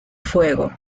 fuego